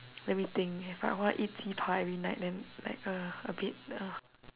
let me think if I want to eat 鸡扒 every night then like a bit uh